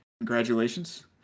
Congratulations